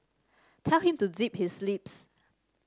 tell him to zip his lips